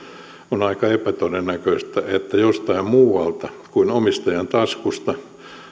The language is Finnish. on aika epätodennäköistä että jostain muualta kuin omistajan taskusta